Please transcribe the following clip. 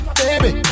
baby